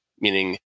meaning